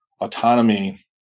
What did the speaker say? autonomy